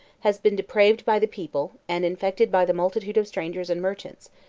has been depraved by the people, and infected by the multitude of strangers and merchants,